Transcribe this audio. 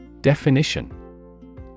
Definition